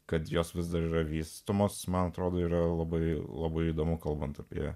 kad jos vis dar yra vystomos man atrodo yra labai labai įdomu kalbant apie